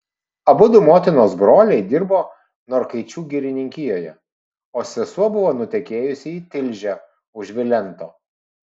abudu motinos broliai dirbo norkaičių girininkijoje o sesuo buvo nutekėjusi į tilžę už vilento